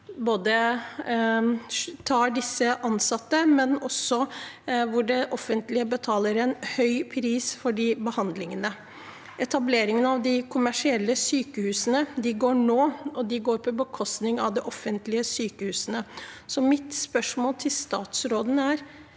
som tar disse ansatte, og det offentlige betaler en høy pris for de behandlingene. Etablering av kommersielle sykehus pågår nå, og det går på bekostning av de offentlige sykehusene. Mitt spørsmål til statsråden er: